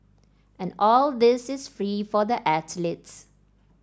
and all this is free for the athletes